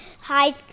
hi